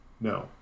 no